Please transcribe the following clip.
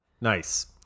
Nice